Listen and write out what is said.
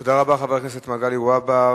תודה רבה, חבר הכנסת מגלי והבה.